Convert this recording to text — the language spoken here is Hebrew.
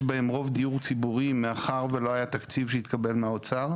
בהם רוב דיור ציבורי מאחר ולא היה תקציב שהתקבל מהאוצר,